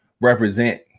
represent